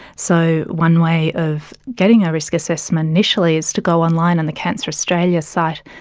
so one way of getting a risk assessment initially is to go online on the cancer australia site.